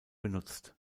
benutzt